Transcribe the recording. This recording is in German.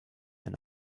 ein